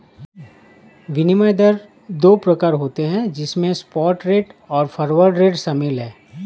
विनिमय दर दो प्रकार के होते है जिसमे स्पॉट रेट और फॉरवर्ड रेट शामिल है